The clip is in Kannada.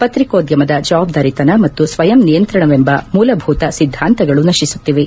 ಪತ್ರಿಕೋದ್ಲಮದ ಜವಾಬ್ಗಾರಿತನ ಮತ್ತು ಸ್ವಯಂ ನಿಯಂತ್ರಣವೆಂಬ ಮೂಲಭೂತ ಸಿದ್ದಾಂತಗಳು ನಶಿಸುತ್ತಿವೆ